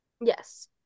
Yes